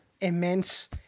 immense